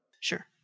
sure